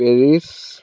Paris